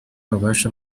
ububasha